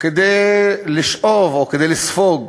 כדי לשאוב או כדי לספוג